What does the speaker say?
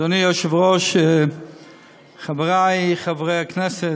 אדוני היושב-ראש, חברי חברי הכנסת,